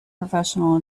professional